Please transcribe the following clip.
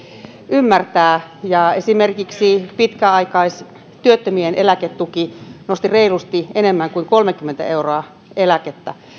ymmärtää esimerkiksi pitkäaikaistyöttömien eläketuki nosti reilusti enemmän kuin kolmekymmentä euroa eläkettä